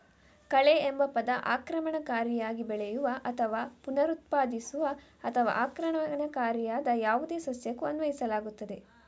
ಕಳೆಎಂಬ ಪದ ಆಕ್ರಮಣಕಾರಿಯಾಗಿ ಬೆಳೆಯುವ ಅಥವಾ ಪುನರುತ್ಪಾದಿಸುವ ಅಥವಾ ಆಕ್ರಮಣಕಾರಿಯಾದ ಯಾವುದೇ ಸಸ್ಯಕ್ಕೂ ಅನ್ವಯಿಸಲಾಗುತ್ತದೆ